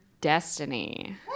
Destiny